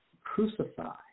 crucify